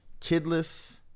kidless